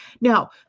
Now